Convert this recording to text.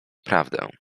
prawdę